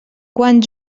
quan